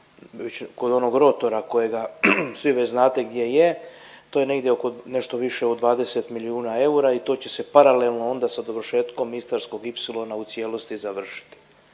kod onog rotora kojega svi već znate gdje je, to je negdje oko nešto više od 20 milijuna eura i to će se paralelno onda sa dovršetkom Istarskog ipsilona u cijelosti završit.